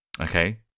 Okay